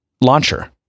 launcher